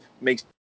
makes